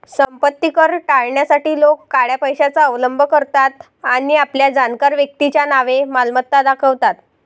संपत्ती कर टाळण्यासाठी लोक काळ्या पैशाचा अवलंब करतात आणि आपल्या जाणकार व्यक्तीच्या नावे मालमत्ता दाखवतात